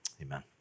Amen